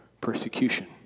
persecution